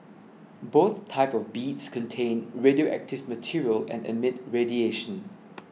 both types of beads contain radioactive material and emit radiation